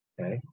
okay